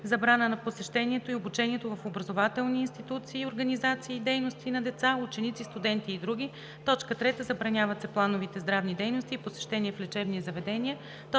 забрана на посещението и обучението в образователни институции, организации и дейности на деца, ученици, студенти и други; 3. забраняват се плановите здравни дейности и посещения в лечебни заведения;